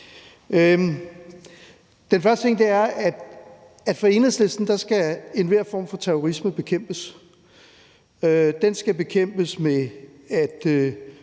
Den første ting er, at for Enhedslisten skal enhver form for terrorisme bekæmpes. Den skal bekæmpes med at